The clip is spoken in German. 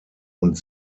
und